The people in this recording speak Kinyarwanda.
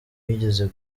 wigeze